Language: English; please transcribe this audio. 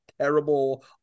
terrible